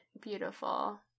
beautiful